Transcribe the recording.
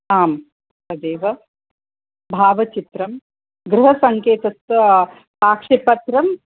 आम् तदेव भावचित्रं गृहसङ्केतस्य साक्षीपत्रम्